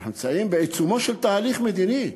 אנחנו נמצאים בעיצומו של תהליך מדיני,